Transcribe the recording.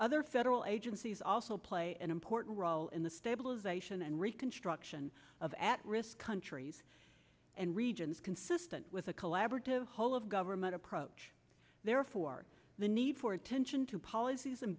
other federal agencies also play an important role in the stabilization and reconstruction of at risk countries and regions consistent with a collaborative whole of government approach therefore the need for attention to polic